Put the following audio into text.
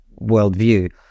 worldview